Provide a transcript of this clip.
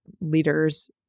leaders